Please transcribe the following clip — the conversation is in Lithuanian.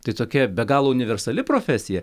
tai tokia be galo universali profesija